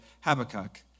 Habakkuk